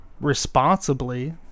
responsibly